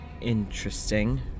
interesting